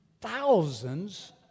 thousands